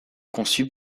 conçues